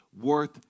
worth